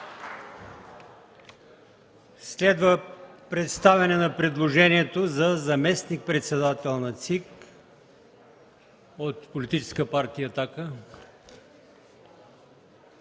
Следва представяне на предложението за заместник-председател на ЦИК от Политическа партия „Атака”.